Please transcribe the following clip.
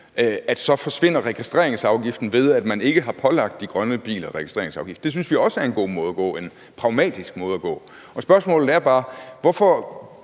drift, forsvinder registreringsafgiften ved, at man ikke har pålagt de grønne biler registreringsafgift. Det synes vi også er en god vej at gå, en pragmatisk vej at gå. Spørgsmålet er bare: Hvorfor